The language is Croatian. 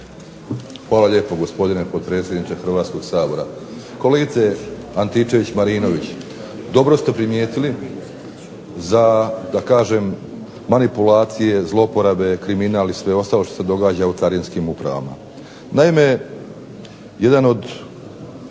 Hvala lijepo gospodine potpredsjedniče Hrvatskog sabora. Kolegice Antičević-Marinović dobro ste primijetili za, da kažem manipulacije, zlouporabe, kriminal i sve ostalo što se događa u carinskim upravama. Naime, jedan od